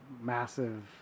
massive